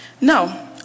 no